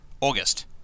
August